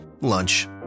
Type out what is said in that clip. lunch